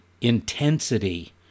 intensity